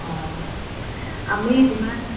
অঁ আমি যিমান